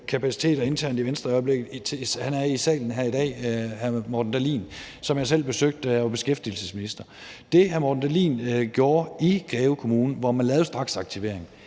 kapaciteter internt i Venstre i øjeblikket – han er i salen i dag – hr. Morten Dahlin, som jeg selv besøgte, da jeg var beskæftigelsesminister. Det, hr. Morten Dahlin gjorde i Greve Kommune, hvor man lavede straksaktivering,